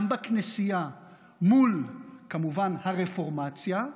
גם בכנסייה מול הרפורמציה,